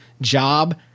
job